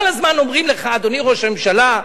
כל הזמן אומרים לך, אדוני ראש הממשלה,